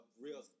real